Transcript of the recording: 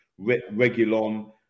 Regulon